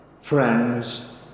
friends